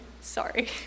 sorry